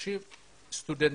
ו-30 סטודנטים.